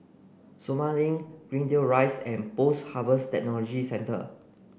Sumang Link Greendale Rise and Post Harvest Technology Centre